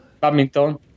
Badminton